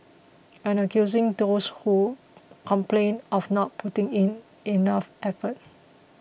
and accusing those who complained of not putting in enough effort